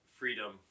freedom